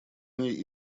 ней